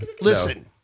Listen